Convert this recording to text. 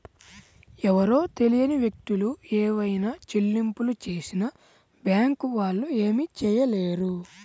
ఎవరో తెలియని వ్యక్తులు ఏవైనా చెల్లింపులు చేసినా బ్యేంకు వాళ్ళు ఏమీ చేయలేరు